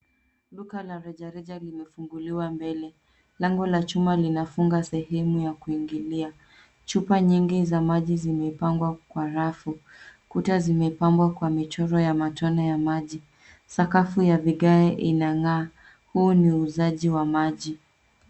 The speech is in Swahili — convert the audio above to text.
Duka la rejareja limefunguliwa mbele. Lango la chuma linafuga sehemu ya kuingilia. Chupa nyingi za maji zimepangwa kwa rafu. Kuta zimepambwa kwa michoro ya matone ya maji. Sakafu ya vigae inang'aa. Huu ni uuzaji wa maji.